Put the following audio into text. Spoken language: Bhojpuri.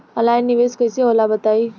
ऑनलाइन निवेस कइसे होला बताईं?